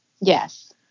Yes